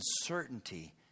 uncertainty